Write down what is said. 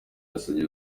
yasabye